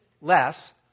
less